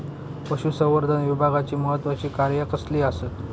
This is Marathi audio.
पशुसंवर्धन विभागाची महत्त्वाची कार्या कसली आसत?